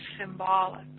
symbolic